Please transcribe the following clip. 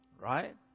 right